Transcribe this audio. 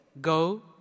Go